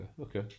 okay